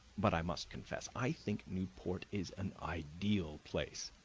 but i must confess i think newport is an ideal place.